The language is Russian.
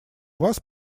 вас